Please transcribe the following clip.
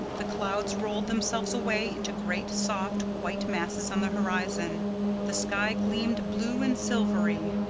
the clouds rolled themselves away into great, soft, white masses on the horizon the sky gleamed blue and silvery.